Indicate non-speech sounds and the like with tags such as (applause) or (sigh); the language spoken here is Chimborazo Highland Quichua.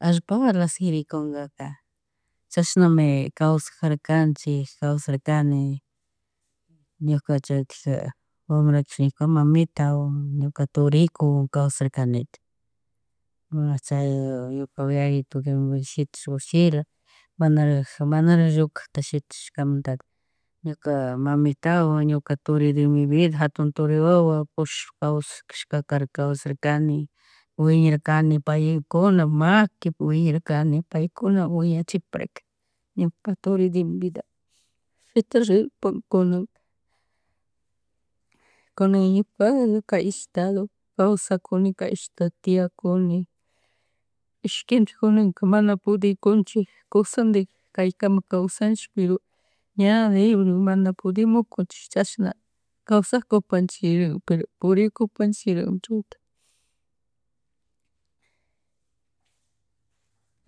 Allpawla shirikunngaka chashnami kawsag jarkanchik, kawsarkani (noise) ñuka chaytikja (hesitation) wambra (unintelligible) ñuka mamitawan, ñuka turikuwan kawsarkanika (noise) chay (hesitation) ñuka yayituka (unintelligible) shitashpa uchila manarik, manarik llukacta shitashtakamanta (noise) ñuka mamitawan, ñuka turi de mi vida hatun turi wawa pushashpa kasash kawshaskashkakarka, kawsarkani (noise) wiñaykarni paykuna maquipi wiñarkani, paykuna wiñachiparka, ñuka turi de mi vida. (noise) Shita rinpankunakami kunan. (noise) Kunan ñukala kay ishtadopi kawsakuni, kay ishtado tiyakuni (noise) ishkindik kunanka mana pudikunchik, kusandik kaykamak kawsanchik pero ña libre mana podemukunchik chashna kawsakupachira (noise) purikupachiramik. (noise)